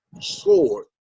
sword